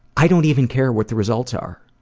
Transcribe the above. i don't even care what the results are.